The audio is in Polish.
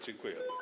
Dziękuję.